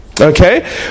Okay